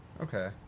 Okay